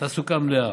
תעסוקה מלאה.